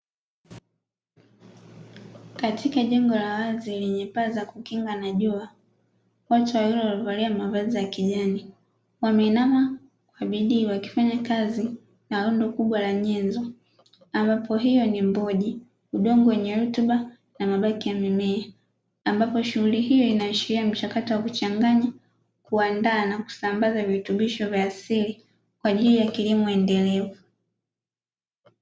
Katika jengo la wazi lenye paa za kukinga na jua, watu wawili waliovalia mavazi ya kijani wameinama kwa bidii wakifanya kazi na lundo kubwa la nyenzo ambapo hiyo ni; mboji, udongo wenye rutuba, na mabaki ya mimea ambapo shughuli hiyo inaashiria mchakato wa kuchanganya, kuandaa na kusambaza virutubisho vya asili kwa ajili ya kilimo endelevu.